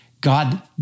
God